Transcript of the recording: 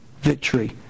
victory